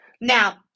now